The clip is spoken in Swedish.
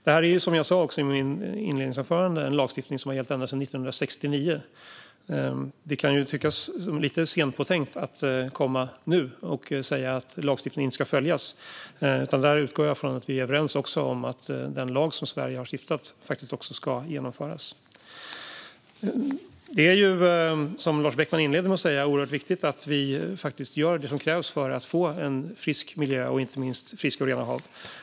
Det här är, som jag sa i mitt inledningsanförande, en lagstiftning som har gällt ända sedan 1969. Det kan tyckas vara lite sent påtänkt att komma nu och säga att lagstiftningen inte ska följas. Jag utgår från att vi är överens om att den lag som Sverige har stiftat faktiskt också ska genomföras. Som Lars Beckman inledde med att säga är det oerhört viktigt att vi gör det som krävs för att få en frisk miljö, inte minst friska och rena hav.